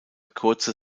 kurze